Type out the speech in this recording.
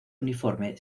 uniforme